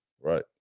Right